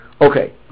Okay